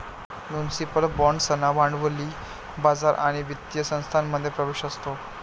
municipal बाँड्सना भांडवली बाजार आणि वित्तीय संस्थांमध्ये प्रवेश असतो